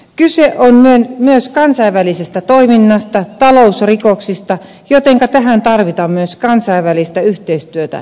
kyse on myös kansainvälisestä toiminnasta talousrikoksista jotenka tähän tarvitaan myös kansainvälistä yhteistyötä ja toimintaa